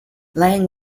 lang